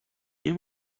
nie